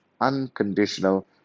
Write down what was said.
unconditional